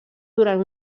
durant